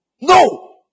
No